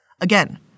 Again